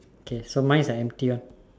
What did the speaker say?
okay so mine is a empty one